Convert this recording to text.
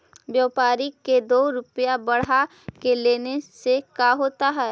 व्यापारिक के दो रूपया बढ़ा के लेने से का होता है?